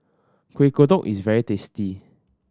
Kuih Kodok is very tasty